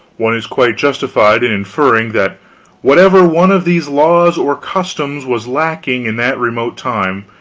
one is quite justified in inferring that whatever one of these laws or customs was lacking in that remote time,